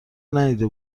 ندیده